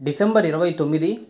December ఇరవై తొమ్మిది